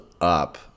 up